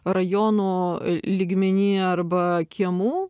rajono lygmeny arba kiemų